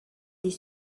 des